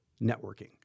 networking